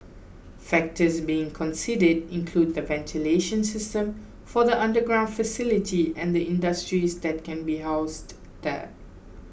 factors being considered include the ventilation system for the underground facility and the industries that can be housed there